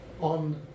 on